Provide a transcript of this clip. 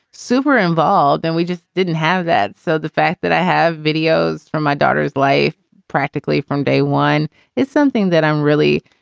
super involved and we just didn't have that. so the fact that i have videos from my daughter's life practically from day one is something that i'm really,